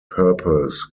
purpose